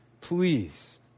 please